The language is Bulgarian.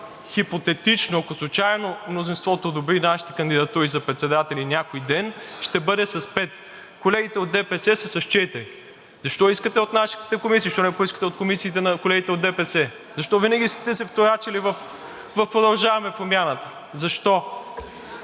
хипотетично, ако случайно мнозинството одобри нашите кандидатури за председатели някой ден, с пет. Колегите от ДПС са с четири. Защо искате от нашите комисии, защо не поискате от комисиите на колегите от ДПС? Защо винаги сте се вторачили в „Продължаваме Промяната“? Защо?